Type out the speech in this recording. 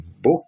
book